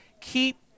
Keep